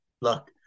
look